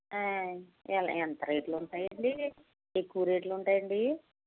అయి ఎంత రేట్లు ఉంటాయండి ఎక్కువ రేట్లు ఉంటాయాండి